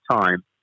time